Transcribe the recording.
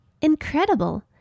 Incredible